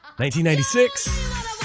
1996